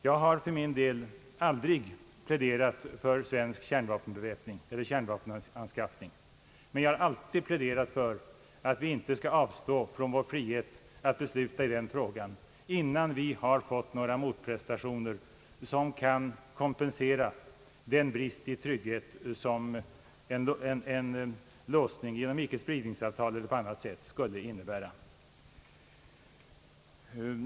Jag har aldrig pläderat för svensk kärnvapenanskaffning, men jag har alltid pläderat för att vi inte skall avstå från vår frihet att besluta i den frågan innan vi har fått några motprestationer som kan kompensera den brist i trygghet som en låsning genom ickespridningsavtal eller på annat sätt skulle innebära.